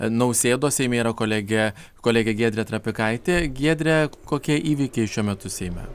nausėdos seime yra kolegė kolegė giedrė trapikaitė giedre kokie įvykiai šiuo metu seime